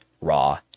Raw